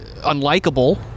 unlikable